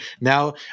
Now